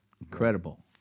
Incredible